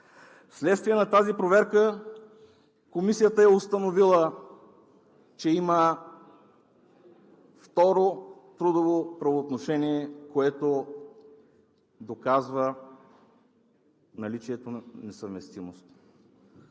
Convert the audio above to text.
Вследствие на тази проверка Комисията е установила, че има второ трудово правоотношение, което доказва наличието на несъвместимост.